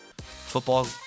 football